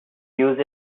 use